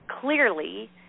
clearly